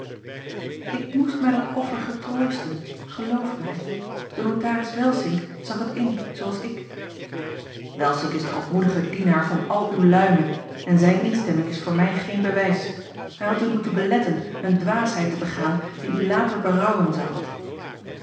ik moest mij dat offer getroosten geloof mij de notaris welsink zag het in zooals ik welsink is de ootmoedige dienaar van al uwe luimen en zijne instemming is voor mij geen bewijs hij had u moeten beletten eene dwaasheid te begaan die u later berouwen zou